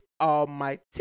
Almighty